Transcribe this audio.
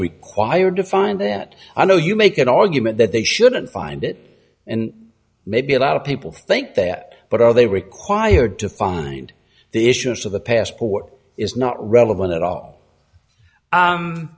required to find that i know you make an argument that they shouldn't find it and maybe a lot of people think that but are they required to find the issuance of the passport is not relevant at all